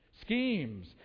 Schemes